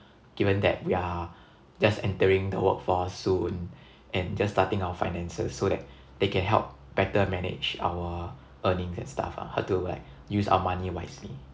given that we are just entering the work force soon and just starting our finances so that they can help better manage our earnings and stuff ah how to like use our money wisely